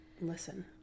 listen